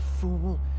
fool